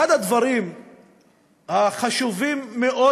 אחד הדברים החשובים מאוד,